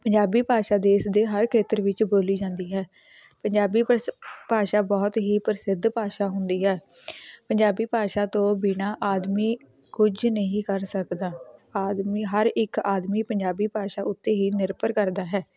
ਪੰਜਾਬੀ ਭਾਸ਼ਾ ਦੇਸ਼ ਦੇ ਹਰ ਖੇਤਰ ਵਿੱਚ ਬੋਲੀ ਜਾਂਦੀ ਹੈ ਪੰਜਾਬੀ ਪ੍ਰਸਿ ਭਾਸ਼ਾ ਬਹੁਤ ਹੀ ਪ੍ਰਸਿੱਧ ਭਾਸ਼ਾ ਹੁੰਦੀ ਹੈ ਪੰਜਾਬੀ ਭਾਸ਼ਾ ਤੋਂ ਬਿਨਾਂ ਆਦਮੀ ਕੁਝ ਨਹੀਂ ਕਰ ਸਕਦਾ ਆਦਮੀ ਹਰ ਇੱਕ ਆਦਮੀ ਪੰਜਾਬੀ ਭਾਸ਼ਾ ਉੱਤੇ ਹੀ ਨਿਰਭਰ ਕਰਦਾ ਹੈ